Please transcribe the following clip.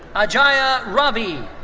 ajaay ah ravi.